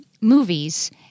movies